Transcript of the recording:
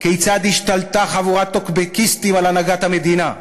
כיצד השתלטה חבורת טוקבקיסטים על הנהגת המדינה?